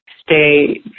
stay